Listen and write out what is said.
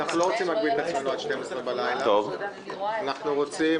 אנחנו לא רוצים להגביל את עצמנו עד 24:00. אנחנו רוצים